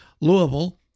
Louisville